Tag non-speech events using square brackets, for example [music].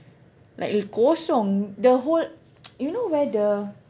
like err kosong the whole [noise] you know where the